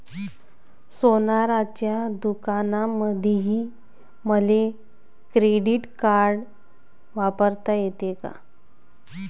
सोनाराच्या दुकानामंधीही मले क्रेडिट कार्ड वापरता येते का?